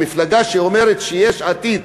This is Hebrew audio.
המפלגה שאומרת שיש עתיד,